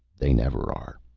they never are.